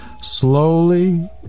Slowly